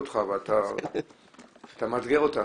אז גם מה שאפשר לעשות עם זה,